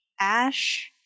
Ash